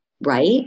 right